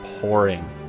pouring